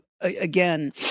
again